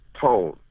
tone